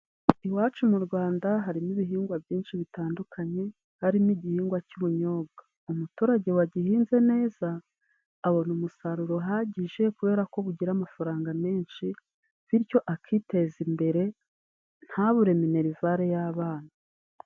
Iwacu mu Rwanda harimo ibihingwa byinshi bitandukanye, harimo igihingwa cy'ubunyobwa. Umuturage wagihinze neza, abona umusaruro uhagije kubera ko bugira amafaranga menshi bityo akiteza imbere, ntabure minerivare y'abana.